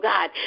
God